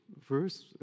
First